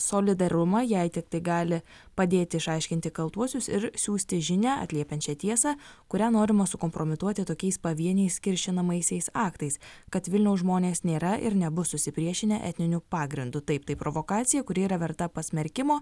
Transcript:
solidarumą jei tiktai gali padėti išaiškinti kaltuosius ir siųsti žinią atliepiančią tiesą kurią norima sukompromituoti tokiais pavieniais kiršinamaisiais aktais kad vilniaus žmonės nėra ir nebus susipriešinę etniniu pagrindu taip tai provokacija kuri yra verta pasmerkimo